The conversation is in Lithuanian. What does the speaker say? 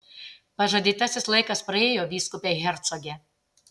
pažadėtasis laikas praėjo vyskupe hercoge